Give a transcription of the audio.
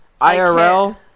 IRL